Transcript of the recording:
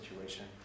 situation